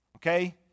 Okay